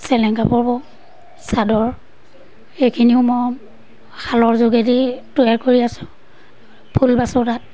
চেলেং কাপোৰ বওঁ চাদৰ এইখিনিও মই শালৰ যোগেদি তৈয়াৰ কৰি আছোঁ ফুল বাচোঁ তাত